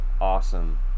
awesome